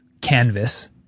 canvas